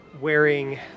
wearing